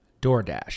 DoorDash